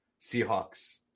Seahawks